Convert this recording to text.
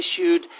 issued